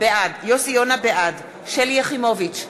בעד שלי יחימוביץ,